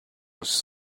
was